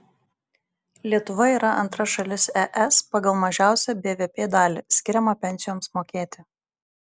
lietuva yra antra šalis es pagal mažiausią bvp dalį skiriamą pensijoms mokėti